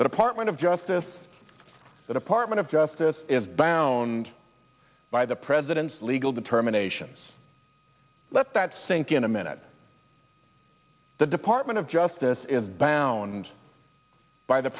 department of justice department of justice is bound by the president's legal determinations let that sink in a minute the department of justice is bound by the